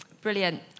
brilliant